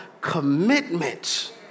commitment